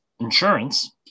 Insurance